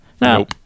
no